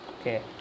Okay